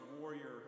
warrior